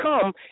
come